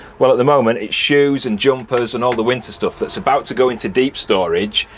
well at the moment it's shoes and jumpers and all the winter stuff that's about to go into deep storage,